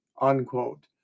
unquote